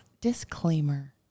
Disclaimer